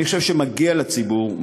אני חושב שמגיע לציבור,